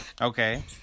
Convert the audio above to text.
Okay